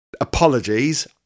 apologies